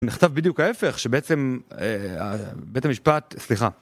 נכתב בדיוק ההפך שבעצם בית המשפט... סליחה